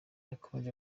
yakomeje